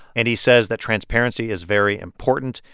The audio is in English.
and he says that transparency is very important.